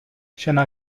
شنا